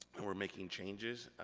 and we're making changes.